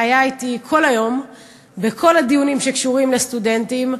שהיה אתי כל היום בכל הדיונים הקשורים לסטודנטים.